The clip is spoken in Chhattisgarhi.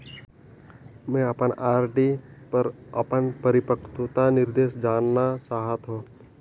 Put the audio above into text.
मैं अपन आर.डी पर अपन परिपक्वता निर्देश जानना चाहत हों